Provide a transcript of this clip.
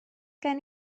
gen